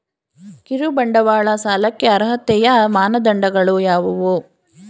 ಕಿರುಬಂಡವಾಳ ಸಾಲಕ್ಕೆ ಅರ್ಹತೆಯ ಮಾನದಂಡಗಳು ಯಾವುವು?